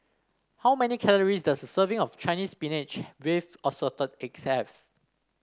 how many calories does a serving of Chinese Spinach with Assorted Eggs have